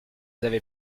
avez